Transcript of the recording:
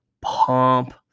pump